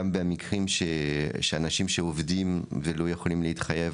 גם במקרים של אנשים שעובדים ולא יכולים להתחייב